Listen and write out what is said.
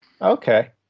okay